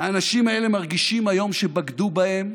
האנשים האלה מרגישים היום שבגדו בהם,